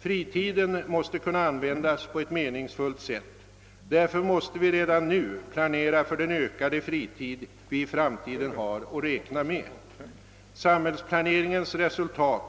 Fritiden måste kunna användas på ett meningsfullt sätt. Därför måste vi redan nu planera för den ökade fritid, som vi i framtiden har att räkna med. Samhällsplaneringens resultat